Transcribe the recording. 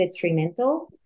detrimental